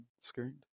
screened